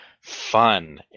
fun